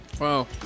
Wow